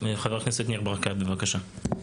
חבר הכנסת ניר ברקת, בבקשה.